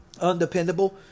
Undependable